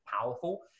powerful